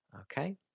okay